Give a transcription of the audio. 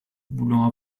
voulant